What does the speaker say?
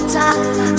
time